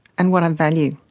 and what i value.